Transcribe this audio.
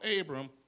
Abram